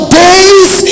days